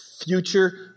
future